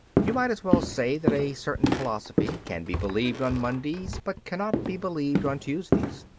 you might as well say that a certain philosophy can be believed on mondays, but cannot be believed on tuesdays.